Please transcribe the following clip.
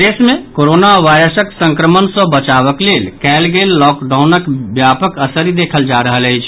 प्रदेश मे कोरोना वायरसक संक्रमण सॅ बचावक लेल कयल गेल लॉकडाउनक व्यापक असरि देखल जा रहल अछि